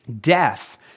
death